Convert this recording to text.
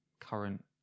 current